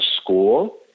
school